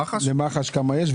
למח"ש כמה יש,